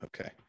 okay